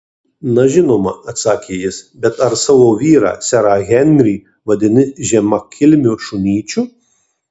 na žinoma atsakė jis bet ar savo vyrą serą henrį vadini žemakilmiu šunyčiu